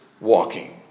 walking